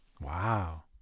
Wow